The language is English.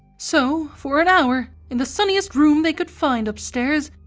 so for an hour, in the sunniest room they could find upstairs,